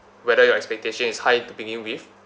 whether your expectation is high to begin with